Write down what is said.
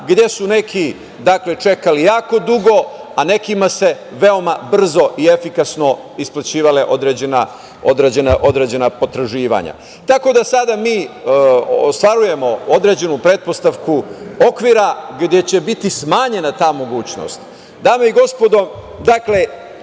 gde su neki čekali jako dugo, a nekima se veoma brzo i efikasno isplaćivala određena potraživanja. Tako da sada mi ostvarujemo određenu pretpostavku okvira gde će biti smanjena ta mogućnost. Dame i gospodo to polje,